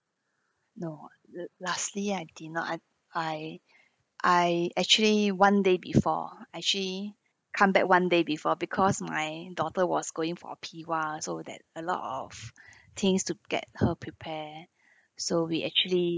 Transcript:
no uh lastly I did not I I I actually one day before actually come back one day before because my daughter was going for P_W_A or that a lot of things to get her prepare so we actually